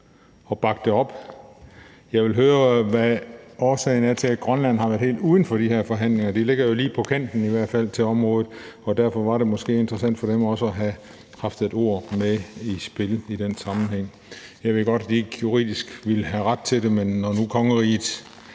at bakke det op. Jeg vil høre, hvad årsagen er til, at Grønland har været helt uden for de her forhandlinger, for de ligger jo i hvert fald lige på kanten af området, og derfor var det måske interessant for dem også at have haft et ord at skulle have sagt i den sammenhæng. Jeg ved godt, at de juridisk ikke ville have ret til det, men når nu kongeriget